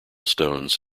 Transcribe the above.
stones